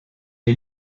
est